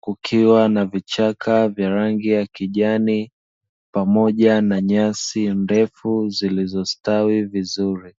kukiwa na vichaka vya rangi ya kijani pamoja na nyasi ndefu zilizostawi vizuri.